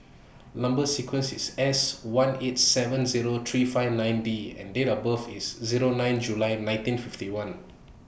Number sequence IS S one eight seven Zero three five nine D and Date of birth IS Zero nine July nineteen fifty one